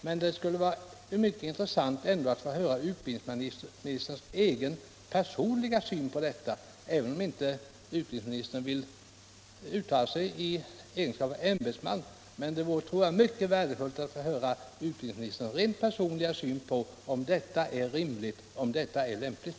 Men det skulle ändå vara mycket intressant att få höra utbildningsministerns egen personliga syn på frågan, även om han inte vill uttala sig i egenskap av ämbetsman. Det vore mycket intressant att få höra utbildningsministerns rent personliga syn på om detta är rimligt och lämpligt.